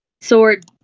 sword